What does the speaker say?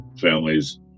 families